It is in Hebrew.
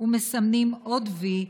ומסמנים עוד "וי"